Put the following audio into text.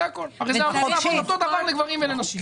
זה צריך להיות אותו הדבר לגברים ולנשים.